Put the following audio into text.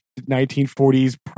1940s